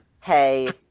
hey